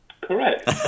Correct